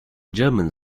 german